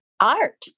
art